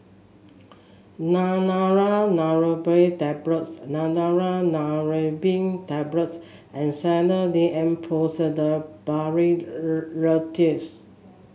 Neurobion Tablets Neurobion Tablets and Sedilix D M Pseudoephrine Linctus